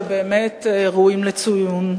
שבאמת ראויים לציון,